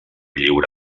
lliure